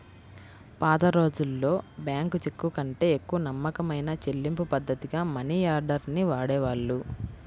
పాతరోజుల్లో బ్యేంకు చెక్కుకంటే ఎక్కువ నమ్మకమైన చెల్లింపుపద్ధతిగా మనియార్డర్ ని వాడేవాళ్ళు